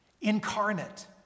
incarnate